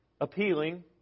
appealing